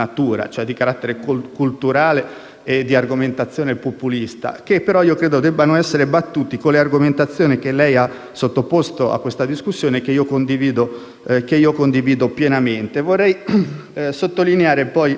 e di argomentazione populista, che però credo debbano essere battuti con le argomentazioni che lei ha sottoposto a questa discussione e che io condivido pienamente. Vorrei poi sottolineare - lo dico anche